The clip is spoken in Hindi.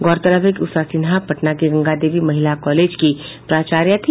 गौरतलब है कि उषा सिन्हा पटना की गंगा देवी महिला कॉलेज की प्राचार्या थी